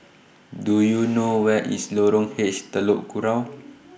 Do YOU know Where IS Lorong H Telok Kurau